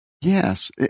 Yes